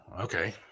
Okay